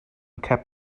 kept